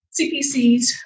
CPCs